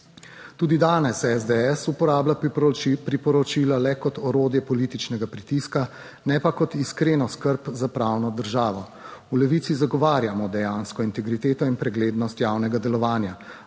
Tudi danes SDS uporablja priporočila le kot orodje političnega pritiska, ne pa kot iskreno skrb za pravno državo. V Levici zagovarjamo dejansko integriteto in preglednost javnega delovanja,